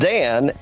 Dan